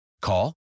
Call